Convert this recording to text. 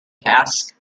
task